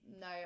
no